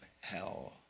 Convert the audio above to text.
hell